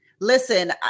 Listen